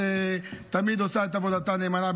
שתמיד עושה את עבודתה נאמנה,